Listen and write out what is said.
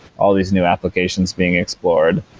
all these new applications being explored,